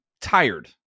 tired